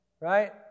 right